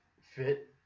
fit